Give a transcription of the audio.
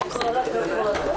יישר כוח.